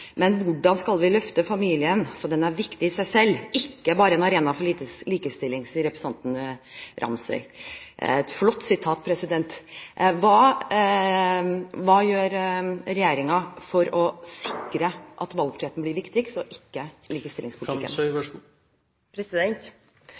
Men hvordan skal vi klare å løfte familien så den er viktig i seg selv, ikke bare er en arena for likestilling,» spør representanten Nilsson Ramsøy. Det er et flott sitat. Hva gjør regjeringen for å sikre at valgfriheten blir viktigst – ikke